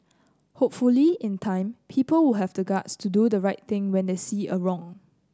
hopefully in time people will have the guts to do the right thing when they see a wrong